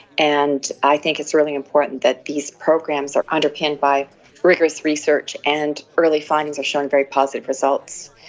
and i think it's really important that these programs are underpinned by rigorous research, and early findings have shown very positive results.